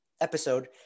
episode